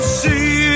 see